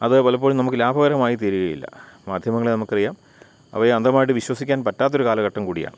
അത് പലപ്പോഴും നമുക്ക് ലാഭകരമായും തീരുകയില്ല മാധ്യമങ്ങളെ നമുക്കറിയാം അവയെ അന്ധമായിട്ട് വിശ്വസിക്കാൻ പറ്റാത്തൊരു കാലഘട്ടം കൂടിയാണ്